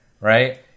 Right